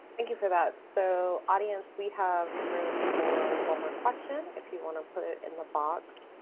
thank you for that so audience we have room for one more question, if you want to put it and in the box.